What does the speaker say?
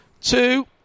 two